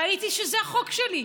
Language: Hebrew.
ראיתי שזה החוק שלי,